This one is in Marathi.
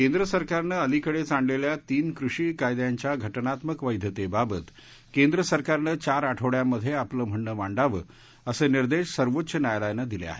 केंद्र सरकारनं अलिकडेच आणलेल्या तीन कृषी कायद्यांच्या घटनात्मक वैधतेबाबत केंद्र सरकारनं चार आठवड्यांमधे आपलं म्हणणं मांडावं असे निर्देश सर्वोच्च न्यायालयानं दिले आहेत